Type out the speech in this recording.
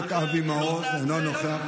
אחרת, היא לא תיעצר.